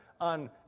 on